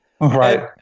right